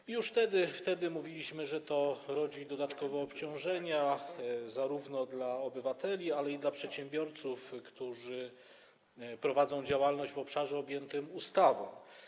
I już wtedy mówiliśmy, że to rodzi dodatkowe obciążenia zarówno dla ogółu obywateli, jak i dla przedsiębiorców, którzy prowadzą działalność w obszarze objętym ustawą.